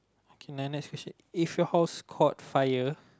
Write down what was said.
okay my next question if your house caught fire